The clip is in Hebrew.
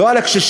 לא על הקשישים,